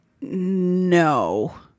No